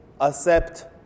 accept